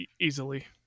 easily